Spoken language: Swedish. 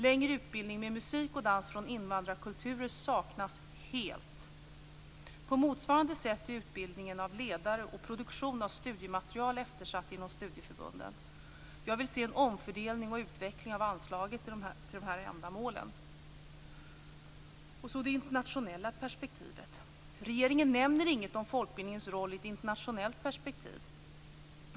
Längre utbildning med musik och dans från invandrarkulturer saknas helt. På motsvarande vis är utbildningen av ledare och produktion av studiematerial eftersatt inom studieförbunden. Jag vill se en omfördelning och utveckling av anslaget till de här ändamålen. Så vill jag gå över till det internationella perspektivet. Regeringen nämner inget om folkbildningens roll i ett internationellt perspektiv.